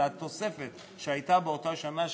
אלא התוספת שהייתה באותה שנה,